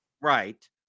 Right